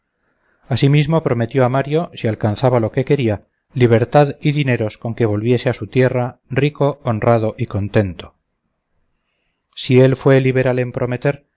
asimismo prometió a mario si alcanzaba lo que quería libertad y dineros con que volviese a su tierra rico honrado y contento si él fue liberal en prometer